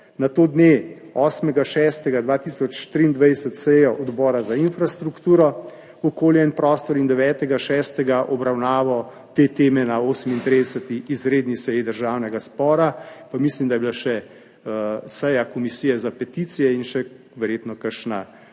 nato dne 8. 6. 2023 sejo Odbora za infrastrukturo, okolje in prostor in 9. 6. obravnavo te teme na 38. izredni seji Državnega zbora, pa mislim, da je bila še seja komisije za peticije in verjetno še